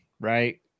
right